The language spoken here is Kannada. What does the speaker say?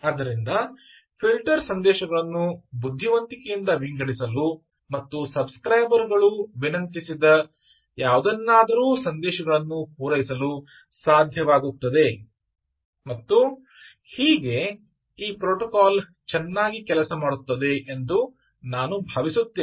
ಆದ್ದರಿಂದ ಫಿಲ್ಟರ್ ಸಂದೇಶಗಳನ್ನು ಬುದ್ಧಿವಂತಿಕೆಯಿಂದ ವಿಂಗಡಿಸಲು ಮತ್ತು ಸಬ್ ಸ್ಕ್ರೈಬರ್ ಗಳು ವಿನಂತಿಸಿದ ಯಾವುದನ್ನಾದರೂ ಸಂದೇಶಗಳನ್ನು ಪೂರೈಸಲು ಸಾಧ್ಯವಾಗುತ್ತದೆ ಮತ್ತು ಹೀಗೆ ಈ ಪ್ರೋಟೋಕಾಲ್ ಚೆನ್ನಾಗಿ ಕೆಲಸ ಮಾಡುತ್ತದೆ ಎಂದು ನಾನು ಭಾವಿಸುತ್ತೇನೆ